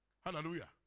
Hallelujah